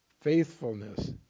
faithfulness